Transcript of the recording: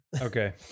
Okay